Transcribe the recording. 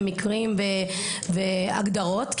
מקרים והגדרות,